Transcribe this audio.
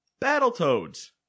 Battletoads